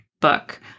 book